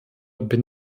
bin